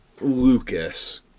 Lucas